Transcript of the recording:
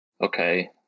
okay